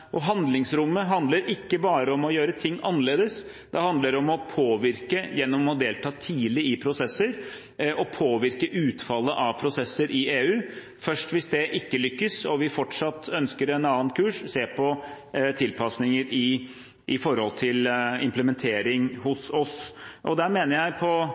Handlingsrommet handler ikke bare om å gjøre ting annerledes, det handler om å påvirke gjennom å delta tidlig i prosesser, å påvirke utfallet av prosesser i EU, og først hvis det ikke lykkes og vi fortsatt ønsker en annen kurs, å se på tilpasninger i forhold til implementering hos oss. Der mener jeg,